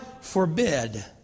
forbid